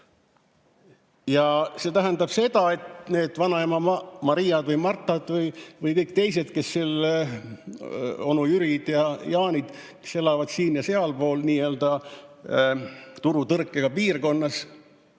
Ja see tähendab seda, et need vanaema Mariad või Martad või kõik teised, onu Jürid ja Jaanid, kes elavad siin‑ ja sealpool nii-öelda turutõrkega piirkonnas,